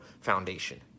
foundation